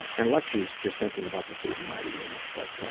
unless she's just thinking about the food and not eating it, but